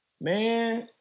Man